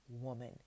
woman